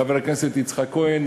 חבר הכנסת יצחק כהן,